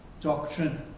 doctrine